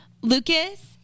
Lucas